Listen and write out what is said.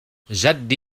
جدي